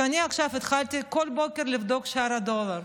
אני עכשיו התחלתי כל בוקר לבדוק את שער הדולר.